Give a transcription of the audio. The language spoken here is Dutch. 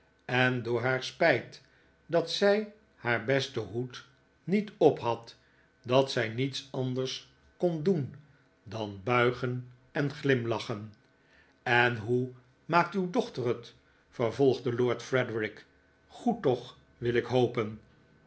en door haar spijt dat zij haar besten hoed niet op had dat zij niets anders kon doen dan buigen en glimlachen en hoe maakt uw dochter het vervolgde lord frederik goed toch wil ik hopen